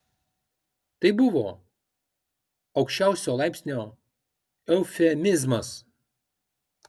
tai buvo aukščiausio laipsnio eufemizmas